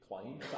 claim